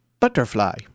Butterfly